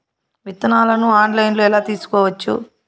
విత్తనాలను ఆన్లైన్లో ఎలా తీసుకోవచ్చు